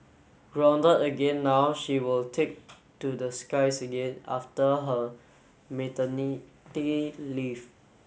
grounded again now she will take to the skies again after her maternity leave